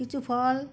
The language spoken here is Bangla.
কিছু ফল